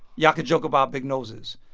y'all can joke about big noses.